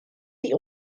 die